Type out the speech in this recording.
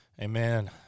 Amen